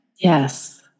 Yes